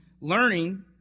learning